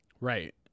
Right